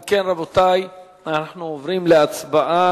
אם כן, רבותי, אנחנו עוברים להצבעה.